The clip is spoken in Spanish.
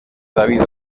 david